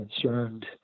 concerned